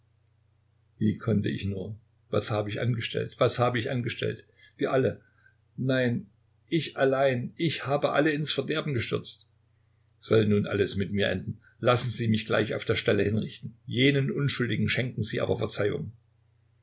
wie konnte ich nur was habe ich angestellt was habe ich angestellt wir alle nein ich allein ich habe alle ins verderben gestürzt soll nun alles mit mir enden lassen sie mich gleich auf der stelle hinrichten jenen unschuldigen schenken sie aber verzeihung